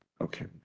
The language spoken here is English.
Okay